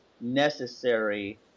necessary